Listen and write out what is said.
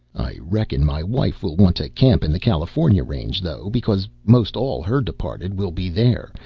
i reckon my wife will want to camp in the california range, though, because most all her departed will be there,